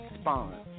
spawn